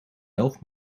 elf